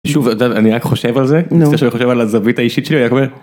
שוב אני רק חושב על זה, נו, זה שאני חושב על הזווית האישית שלי, רק אומר